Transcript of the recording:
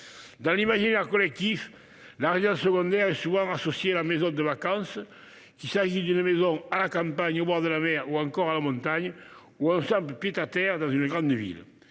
Dans l'imaginaire collectif, la résidence secondaire est souvent associée à la maison de vacances, qu'il s'agisse d'une maison à la campagne, au bord de la mer, à la montagne ou d'un simple pied-à-terre dans une grande ville.